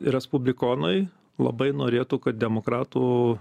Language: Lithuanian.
respublikonai labai norėtų kad demokratų